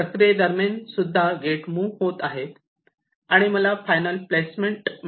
प्रक्रियेदरम्यानसुद्धा gate move होत आहेत आणि मला फायनल प्लेसमेंट मिळाले आहे